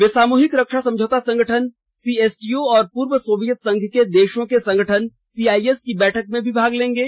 वे सामूहिक रक्षा समझौता संगठन सीएसटीओ और पूर्व सोवियत संघ के देशों के संगठन सीआईएस की बैठक में भी भाग लेंगे